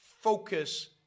Focus